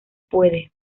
puede